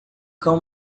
cão